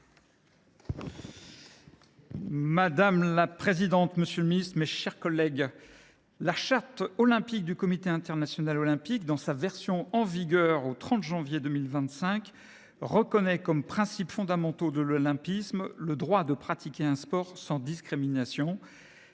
Madame la présidente, monsieur le ministre, mes chers collègues, la Charte olympique du Comité international olympique (CIO), dans sa version en vigueur au 30 janvier 2025, reconnaît comme principes fondamentaux de l’olympisme le droit de pratiquer un sport sans discrimination,